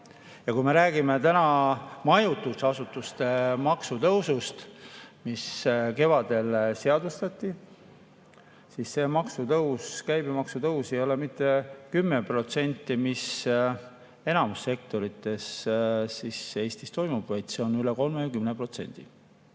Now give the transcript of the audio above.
Kui me räägime majutusasutuste maksutõusust, mis kevadel seadustati, siis see käibemaksu tõus ei ole mitte 10%, nagu on enamikus sektorites Eestis, vaid see on üle 30%.